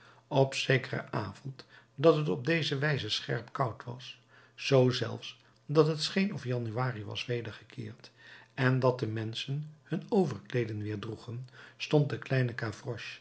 op zekeren avond dat het op deze wijze scherp koud was zoo zelfs dat het scheen of januari was wedergekeerd en dat de menschen hun overkleeren weer droegen stond de kleine